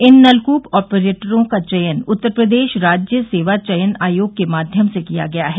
इन नलकूप ऑपरेटरों का चयन उत्तर प्रदेश राज्य सेवा चयन आयोग के माध्यम से किया गया है